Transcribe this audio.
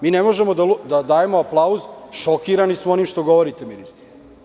Mi ne možemo da dajemo aplauz, šokirani smo onim što govorite ministre.